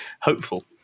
Hopeful